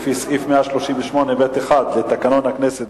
לפי סעיף 138(ב1) לתקנון הכנסת,